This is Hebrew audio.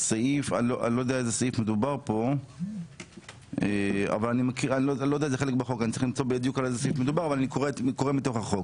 אני לא יודע באיזה סעיף מדובר כאן אבל אני קורא מתוך החוק: